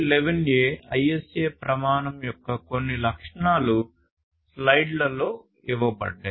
11a ISA ప్రమాణం యొక్క కొన్ని లక్షణాలు స్లైడ్లలో ఇవ్వబడ్డాయి